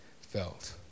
felt